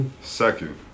Second